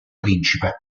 principe